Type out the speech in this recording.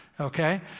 okay